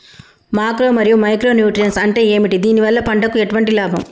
Macro మరియు micro nutrients అంటే ఏమిటి? దీనివల్ల పంటకు ఎటువంటి లాభం?